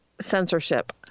censorship